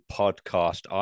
podcast